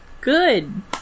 Good